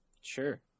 Sure